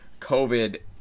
COVID